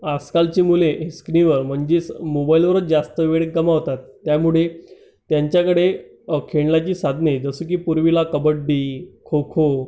आजकालची मुले ही स्क्रीनवर म्हणजेच मोबाईलवरच जास्त वेळ गमवतात त्यामुळे त्यांच्याकडे खेळण्याची साधने जसं की पूर्वीला कबड्डी खो खो